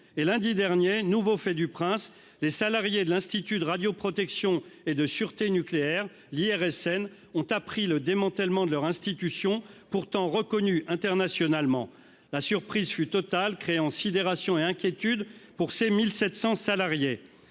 Lundi dernier, nouveau fait du prince, les salariés de l'Institut de radioprotection et de sûreté nucléaire (IRSN) ont appris le démantèlement de leur institution, pourtant reconnue internationalement. La surprise fut totale, créant sidération et inquiétude chez ces 1 700 salariés.